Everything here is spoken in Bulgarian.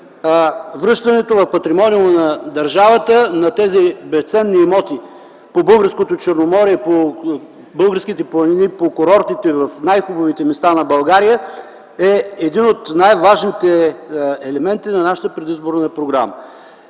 връщането в патримониума на държавата на тези безценни имоти по българското Черноморие, по българските планини, по курортите в най-хубавите места на България е един от най-важните елементи на нашата предизборна програма.